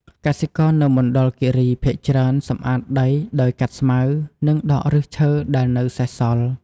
កសិករនៅមណ្ឌលគិរី ភាគច្រើនសម្អាតដីដោយកាត់ស្មៅ និងដកឫសឈើដែលនៅសេសសល់។